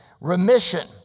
remission